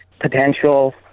potential